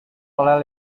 oleh